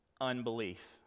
unbelief